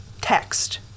text